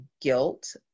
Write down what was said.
guilt